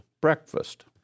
breakfast